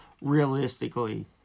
realistically